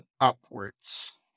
upwards